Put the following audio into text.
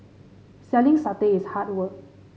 selling satay is hard work